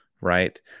right